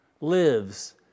lives